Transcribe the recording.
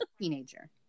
teenager